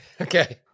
Okay